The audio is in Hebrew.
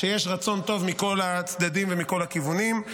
כשיש רצון טוב מכל הצדדים ומכל הכיוונים.